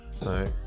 Right